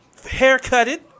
haircutted